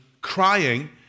crying